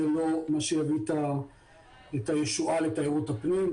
זה לא מה שיביא את הישועה לתיירות הפנים.